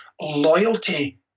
loyalty